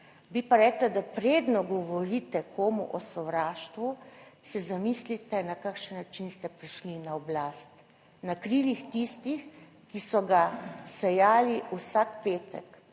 bi pa rekla, da predno govorite komu o sovraštvu, se zamislite na kakšen način ste prišli na oblast, na krilih tistih, ki so ga sejali vsak petek